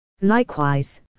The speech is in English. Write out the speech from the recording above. Likewise